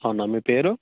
అవునా మీ పేరు